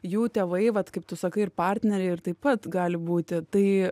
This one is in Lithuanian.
jų tėvai vat kaip tu sakai ir partneriai ir taip pat gali būti tai